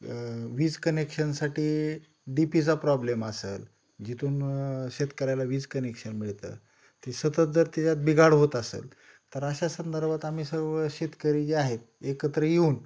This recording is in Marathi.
मग वीज कनेक्शनसाठी डी पीचा प्रॉब्लेम असंल जिथून शेतकऱ्याला वीज कनेक्शन मिळतं ती सतत जर त्याच्यात बिघाड होत असेल तर अशा संदर्भात आम्ही सर्व शेतकरी जे आहेत एकत्र येऊन